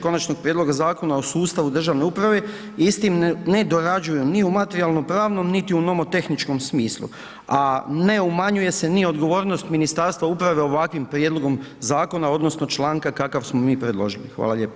Konačnog prijedloga Zakona o sustavu državne uprave istim ne dorađuju ni u materijalno-pravnom niti u nomotehničkom smislu a ne umanjuje se ni odgovornost Ministarstva uprave ovakvim prijedlogom zakona odnosno članka kakav smo mi predložili, hvala lijepo.